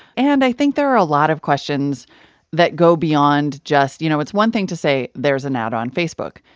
and i think there are a lot of questions that go beyond just you know, it's one thing to say there's an ad on facebook.